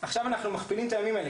עכשיו אנחנו מכפילים את הימים האלה,